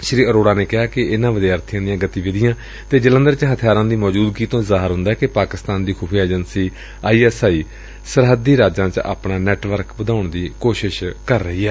ਸ੍ਰੀ ਅਰੋੜਾ ਨੇ ਕਿਹਾ ਕਿ ਇਨਾਂ ਵਿਦਿਆਰਬੀਆਂ ਦੀਆਂ ਗਤੀਵਿਧੀਆਂ ਅਤੇ ਜਲੰਧਰ ਚ ਹਬਿਆਰਾਂ ਦੀ ਮੌਜੂਦਗੀ ਤੋਂ ਜ਼ਾਹਿਰ ਹੁੰਦੈ ਕਿ ਪਾਕਿਸਤਾਨ ਦੀ ਖੁਫੀਆ ਏਜੰਸੀ ਆਈ ਐਸ ਆਈ ਸਰਹੱਦੀ ਰਾਜਾਂ ਚ ਆਪਣਾ ਨੈਟਵਰਕ ਵਧਾਉਣ ਦੀ ਕੋਸ਼ਿਸ਼ ਕਰ ਰਹੀ ਏ